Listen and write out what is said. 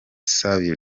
savio